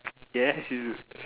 yes he's